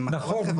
נכון,